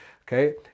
Okay